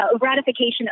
ratification